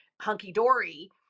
hunky-dory